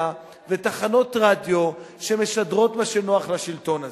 ותחנות רדיו שמשדרות מה שנוח לשלטון הזה?